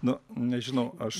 nu nežinau aš